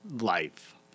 life